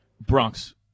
Bronx